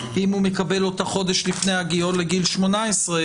אם הוא מקבל אותה חודש לפני הגיעו לגיל 18,